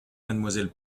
mademoiselle